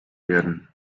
werden